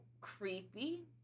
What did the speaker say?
creepy